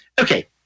okay